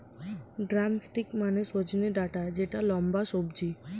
drumstick মানে সজনে ডাটা যেটা লম্বা সবজি